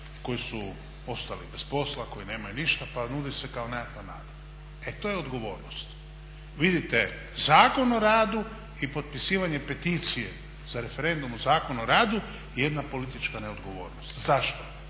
koji su ostali bez posla, koji nemaju ništa, pa nudi se kao nekakva nada. E to je odgovornost. Vidite Zakon o radu i potpisivanje peticije za referendum o Zakonu o radu je jedna politička neodgovornost. Zašto?